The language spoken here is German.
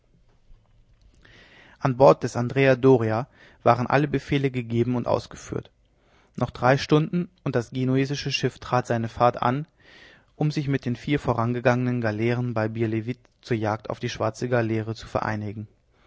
an bord des andrea doria waren alle befehle gegeben und ausgeführt noch drei stunden und das genuesische schiff trat seine fahrt an um sich mit den vier vorangegangenen galeeren bei biervliet zur jagd auf die schwarze galeere zu vereinigen